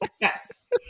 yes